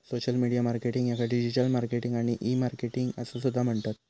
social media marketing याका digital marketing आणि e marketing असो सुद्धा म्हणतत